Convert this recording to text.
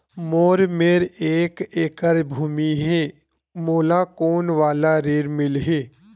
मोर मेर एक एकड़ भुमि हे मोला कोन वाला ऋण मिलही?